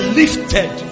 lifted